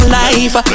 life